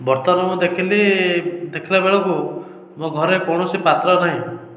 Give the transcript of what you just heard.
ବର୍ତ୍ତମାନ ମୁଁ ଦେଖିଲି ଦେଖିଲାବେଳକୁ ମୋ ଘରେ କୋଣସି ପାତ୍ର ନାହିଁ